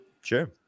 Sure